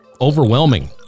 overwhelming